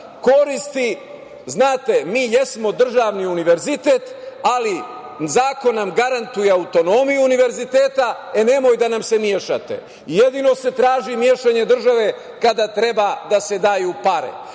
koristi, znate, mi jesmo državni univerzitet, ali zakon nam garantuje autonomiju univerziteta, e nemojte da nam se mešate. Jedino se traži mešanje države kada treba da se daju pare.